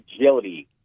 agility –